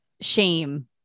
Shame